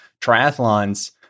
triathlons